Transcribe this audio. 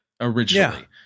originally